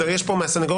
יש פה מהסנגוריה?